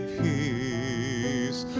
peace